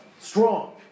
strong